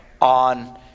on